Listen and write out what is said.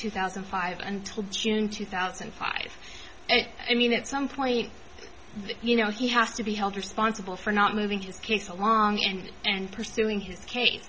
two thousand and five until june two thousand and five and i mean at some point you know he has to be held responsible for not moving his case along and and pursuing his case